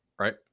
Right